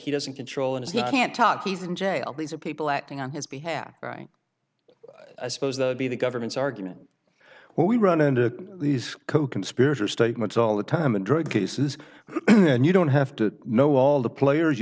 he doesn't control and he can't talk he's in jail these are people acting on his behalf right i suppose that would be the government's argument when we run into these coconspirator statements all the time in drug cases and you don't have to know all the players you